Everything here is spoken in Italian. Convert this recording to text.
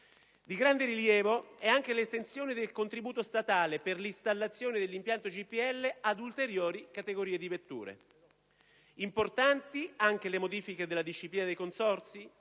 Di grande rilievo è anche l'estensione del contributo statale per l'installazione dell'impianto GPL ad ulteriori categorie di vetture. Importanti anche le modifiche della disciplina dei consorzi.